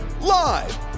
live